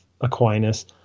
Aquinas